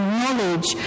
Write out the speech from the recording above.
knowledge